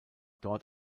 dort